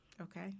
Okay